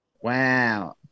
Wow